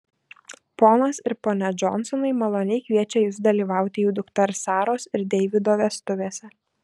ponas ir ponia džonsonai maloniai kviečia jus dalyvauti jų dukters saros ir deivido vestuvėse